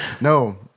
No